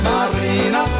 Marina